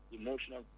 emotional